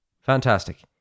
Fantastic